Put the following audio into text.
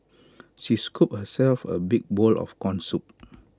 she scooped herself A big bowl of Corn Soup